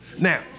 Now